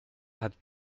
hat